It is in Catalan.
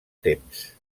temps